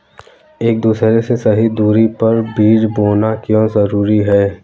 एक दूसरे से सही दूरी पर बीज बोना क्यों जरूरी है?